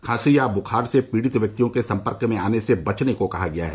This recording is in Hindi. खांसी या बुखार से पीड़ित व्यक्तियों के सम्पर्क में आने से बचने को कहा गया है